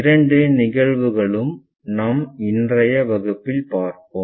இரண்டு நிகழ்வுகளும் நம் இன்றைய வகுப்பில் பார்ப்போம்